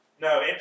No